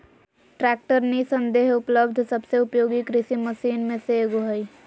tractor निस्संदेह उपलब्ध सबसे उपयोगी कृषि मशीन में से एगो हइ